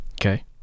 okay